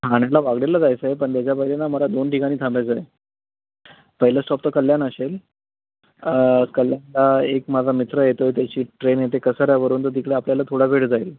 ठाण्याला वागळेला जायचं आहे पण त्याच्यामध्ये ना मला दोन ठिकाणी थांबायचं आहे पहिला स्टॉप तर कल्याण असेल कल्याणला एक माझा मित्र येतो आहे त्याची ट्रेन येते कसाऱ्यावरून तर तिकडं आपल्याला थोडा वेळ जाईल